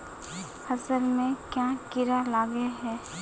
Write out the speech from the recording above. फसल में क्याँ कीड़ा लागे है?